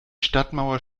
stadtmauer